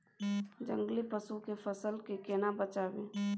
जंगली पसु से फसल के केना बचावी?